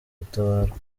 gutabarwa